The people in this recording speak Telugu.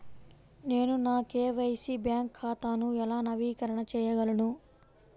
నేను నా కే.వై.సి బ్యాంక్ ఖాతాను ఎలా నవీకరణ చేయగలను?